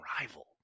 rival